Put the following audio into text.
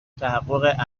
تحقق